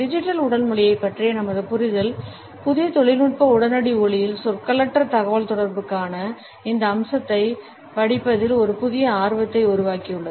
digital உடல் மொழியைப் பற்றிய நமது புரிதல் புதிய தொழில்நுட்ப உடனடி ஒளியில் சொற்களற்ற தகவல்தொடர்புக்கான இந்த அம்சத்தைப் படிப்பதில் ஒரு புதிய ஆர்வத்தை உருவாக்கியுள்ளது